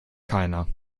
keiner